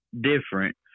different